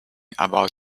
about